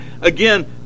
again